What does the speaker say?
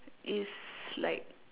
it's like